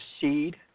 seed